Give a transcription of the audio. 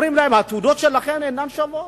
אומרים להם: התעודות שלכן אינן שוות.